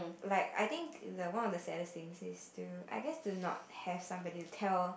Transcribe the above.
like I think the one of the saddest thing is to I guess to not have somebody to tell